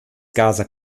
gaza